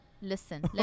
listen